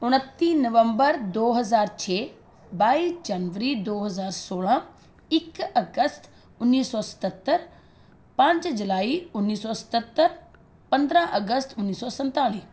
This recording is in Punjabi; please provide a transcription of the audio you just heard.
ਉਣੱਤੀ ਨਵੰਬਰ ਦੋ ਹਜ਼ਾਰ ਛੇ ਬਾਈ ਜਨਵਰੀ ਦੋ ਹਜ਼ਾਰ ਸੋਲਾਂ ਇੱਕ ਅਗਸਤ ਉੱਨੀ ਸੋ ਸਤੱਤਰ ਪੰਜ ਜੁਲਾਈ ਉੱਨੀ ਸੋ ਸਤੱਤਰ ਪੰਦਰਾਂ ਅਗਸਤ ਉੱਨੀ ਸੋ ਸੰਤਾਲੀ